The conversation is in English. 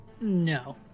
No